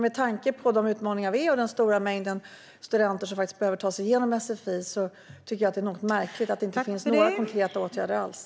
Med tanke på utmaningarna och den stora mängden studenter som behöver ta sig igenom sfi tycker jag att det är märkligt att det inte finns några konkreta åtgärder alls.